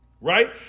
Right